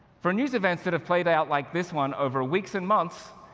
for news events that have played out, like this one, over weeks and months,